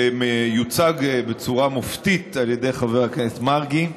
שמיוצג בצורה מופתית על ידי חבר הכנסת מרגי.